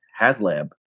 HasLab